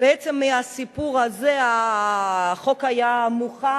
בעצם מהסיפור הזה החוק היה מוכן,